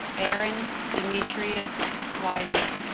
aaron demetrius swaizer